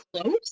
close